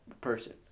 person